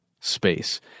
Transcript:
space